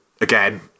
again